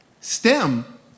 STEM